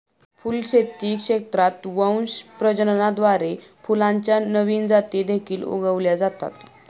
फुलशेती क्षेत्रात वंश प्रजननाद्वारे फुलांच्या नवीन जाती देखील उगवल्या जातात